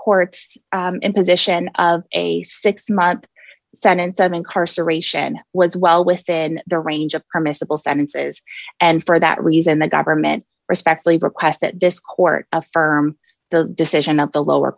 court imposition of a six month sentence i'm incarceration was well within the range of permissible sentences and for that reason the government respectfully request that discord affirm the decision of the lower